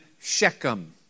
Shechem